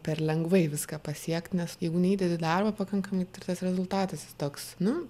per lengvai viską pasiekt nes jeigu neįdedi darbo pakankamai tai ir tas rezultatas jis toks nu